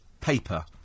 Paper